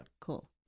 Cool